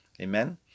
Amen